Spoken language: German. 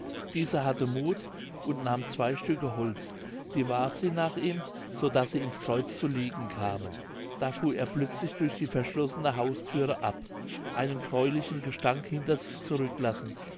diese hatte muth und nahm zwei stücke holz die warf sie nach ihm so daß sie ins kreuz zu liegen kamen da fuhr er plötzlich durch die verschlossene hausthüre ab einen gräulichen gestank hinter sich zurücklassend